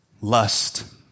lust